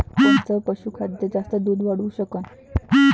कोनचं पशुखाद्य जास्त दुध वाढवू शकन?